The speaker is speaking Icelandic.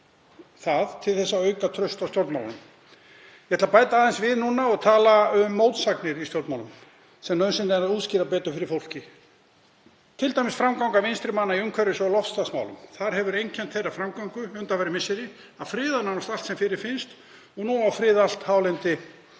vafa til að auka traust á stjórnmálum. Ég ætla að bæta aðeins við núna og tala um mótsagnir í stjórnmálum sem nauðsynlegt er að útskýra betur fyrir fólki, t.d. framganga vinstri manna í umhverfis- og loftslagsmálum. Þar hefur einkennt þeirra framgöngu undanfarin misseri að friða nánast allt sem fyrir finnst og nú á að friða allt hálendi Íslands.